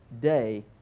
day